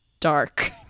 Dark